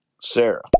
Sarah